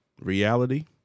reality